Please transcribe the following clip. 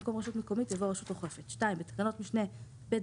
במקום "רשות מקומית" יבוא "רשות אוכפת"; בתקנות משנה (ב),